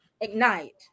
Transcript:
Ignite